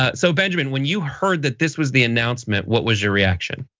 ah so benjamin, when you heard that this was the announcement, what was your reaction?